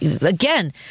again